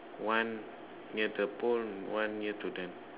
one near the pole one near to them